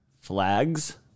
Flags